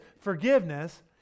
forgiveness